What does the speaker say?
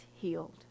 healed